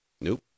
Nope